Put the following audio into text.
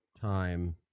time